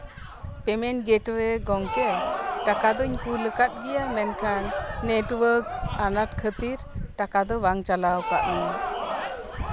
payment ᱜᱮᱴᱚᱭᱮ ᱜᱚᱝᱠᱮ ᱴᱟᱠᱟ ᱫᱩᱧ ᱠᱩᱞᱟᱠᱟᱫ ᱜᱮᱭᱟ ᱢᱮᱱᱠᱷᱟᱱ ᱱᱮᱴᱚᱣᱟᱨᱠ ᱟᱱᱟᱴ ᱠᱷᱟᱹᱛᱤᱨ ᱴᱟᱠᱟ ᱵᱟᱝ ᱪᱟᱞᱟᱣ ᱠᱟᱜ ᱢᱮᱭᱟ